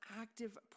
active